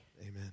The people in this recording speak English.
amen